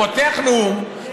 פותח נאום,